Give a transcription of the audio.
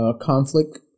conflict